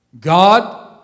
God